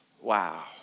wow